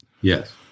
Yes